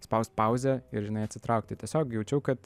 spaust pauzę ir žinai atsitraukti tiesiog jaučiau kad